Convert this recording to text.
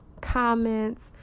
comments